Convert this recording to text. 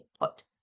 put